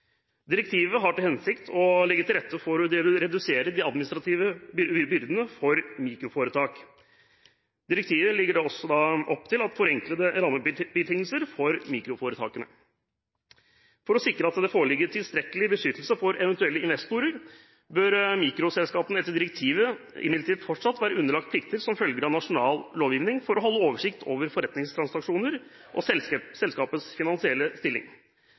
Direktivet har til hensikt å legge til rette for å redusere de administrative byrdene for mikroforetak. Direktivet legger derfor opp til forenklede rammebetingelser for mikroforetakene. For å sikre at det foreligger tilstrekkelig beskyttelse for eventuelle investorer bør mikroselskapene etter direktivet imidlertid fortsatt være underlagt plikter som følger av nasjonal lovgivning for å holde oversikt over forretningstransaksjoner og selskapenes finansielle stilling.